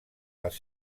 les